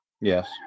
Yes